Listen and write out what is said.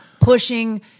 pushing